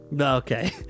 Okay